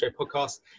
podcast